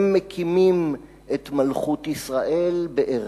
הם מקימים את מלכות ישראל בארץ-ישראל.